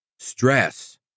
stress